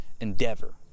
endeavor